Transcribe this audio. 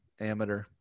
amateur